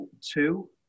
Two